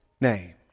name